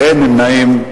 אין נמנעים.